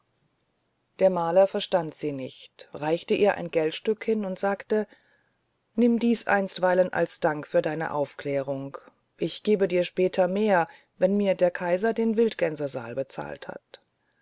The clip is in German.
der maler verstand sie nicht reichte ihr ein geldstück hin und sagte nimm dies einstweilen als dank für deine aufklärung ich gebe dir später mehr wenn mir der kaiser den wildgänsesaal bezahlt hat